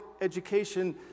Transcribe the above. education